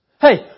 Hey